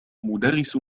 مدرس